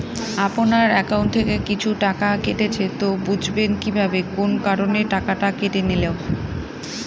আপনার একাউন্ট থেকে কিছু টাকা কেটেছে তো বুঝবেন কিভাবে কোন কারণে টাকাটা কেটে নিল?